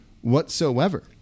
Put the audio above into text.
whatsoever